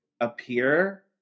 appear